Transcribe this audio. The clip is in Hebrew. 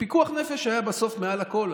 פיקוח נפש היה בסוף מעל לכול.